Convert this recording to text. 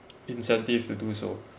incentives to do so